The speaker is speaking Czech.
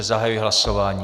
Zahajuji hlasování.